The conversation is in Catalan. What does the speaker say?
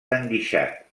enguixat